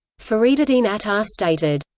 fariduddin attar stated,